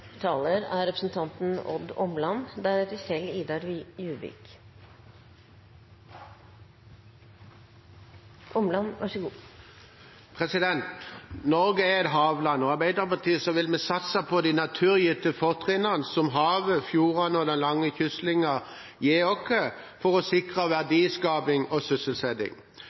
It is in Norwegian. Norge er et havland. I Arbeiderpartiet vil vi satse på de naturgitte fortrinnene som havet, fjordene og den lange kystlinjen gir oss, for å sikre verdiskaping og sysselsetting.